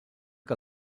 que